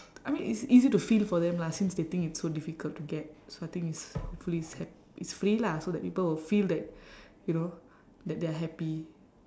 I mean it's easy to feel for them lah since they think it's so difficult to get so I think it's hopefully it's happ~ it's free lah so that people will feel that you know that they are happy